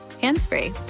hands-free